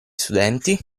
studenti